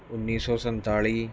ਉੱਨੀ ਸੌ ਸੰਤਾਲੀ